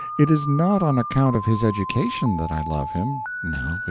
it is not on account of his education that i love him no,